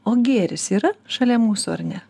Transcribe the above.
o gėris yra šalia mūsų ar ne